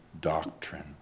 doctrine